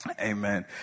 Amen